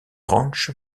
ranch